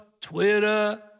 Twitter